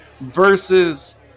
versus